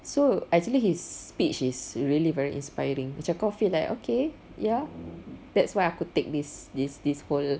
so actually his speech is really very inspiring macam kau feel like okay ya that's why aku take this this this whole